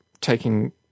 taking